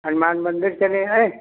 हनुमान मंदिर चल गए